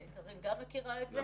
קארין גם מכירה את זה.